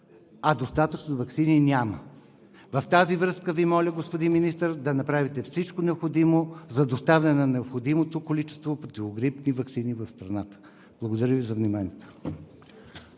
а достатъчно ваксини няма. Във връзка с това Ви моля, господин Министър, да направите всичко необходимо за доставяне на необходимото количество противогрипни ваксини в страната. Благодаря Ви за вниманието.